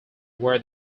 were